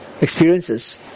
experiences